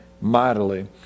mightily